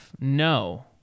no